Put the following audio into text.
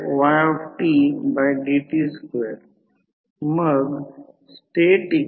तर हे emf समीकरण प्रत्यक्षात मी दिलेल्या मग्नेटिक सर्किटमध्ये दिले आहे